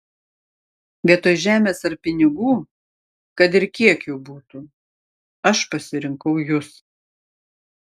vietoj žemės ar pinigų kad ir kiek jų būtų aš pasirinkau jus